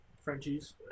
Frenchies